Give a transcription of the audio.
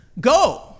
go